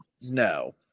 No